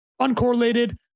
uncorrelated